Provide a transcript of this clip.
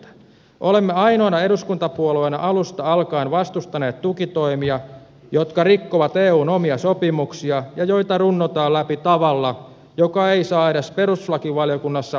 olemme ainoana eduskuntapuolueena alusta alkaen vastustaneet tukitoimia jotka rikkovat eun omia sopimuksia ja joita runnotaan läpi tavalla joka ei saa edes perustuslakivaliokunnassa yksimielistä hyväksyntää